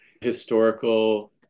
historical